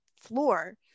floor